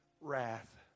wrath